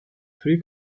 three